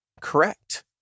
Correct